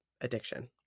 addiction